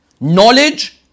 Knowledge